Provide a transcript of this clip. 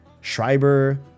Schreiber